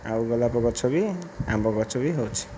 ଆଉ ଗୋଲାପ ଗଛ ବି ଆମ୍ବ ଗଛ ବି ହେଉଛି